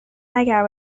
اگر